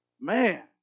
Man